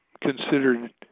considered